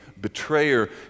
betrayer